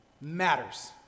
matters